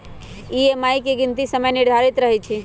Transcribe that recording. EMI के गीनती समय आधारित रहै छइ